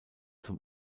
zum